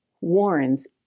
warns